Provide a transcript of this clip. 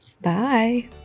Bye